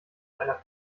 einer